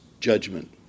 judgment